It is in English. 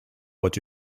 what